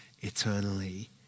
eternally